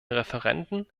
referenden